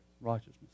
Righteousness